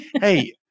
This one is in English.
Hey